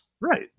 Right